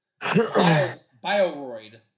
Bioroid